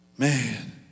Man